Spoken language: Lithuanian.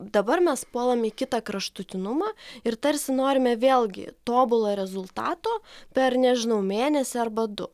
dabar mes puolam į kitą kraštutinumą ir tarsi norime vėlgi tobulo rezultato per nežinau mėnesį arba du